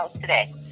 today